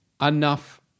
enough